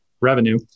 revenue